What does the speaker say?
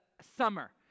summer